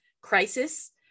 crisis